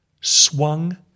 swung